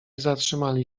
zatrzymali